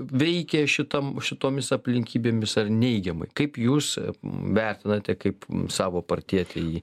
veikė šitam šitomis aplinkybėmis ar neigiamai kaip jūs vertinate kaip savo partietį jį